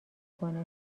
کنه